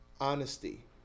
Honesty